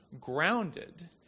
grounded